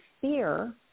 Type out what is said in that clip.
fear